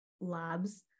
labs